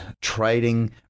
trading